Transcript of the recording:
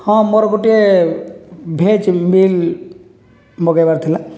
ହଁ ମୋର ଗୋଟିଏ ଭେଜ୍ ମିଲ୍ ମଗାଇବାର ଥିଲା